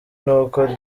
n’uko